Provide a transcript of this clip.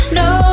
no